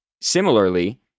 Similarly